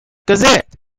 gazette